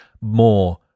more